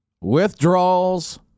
Withdrawals